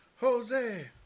Jose